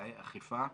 כאמצעי אכיפה,